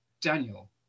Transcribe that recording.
Daniel